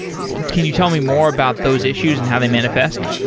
well, can you tell me more about those issues and how they manifest?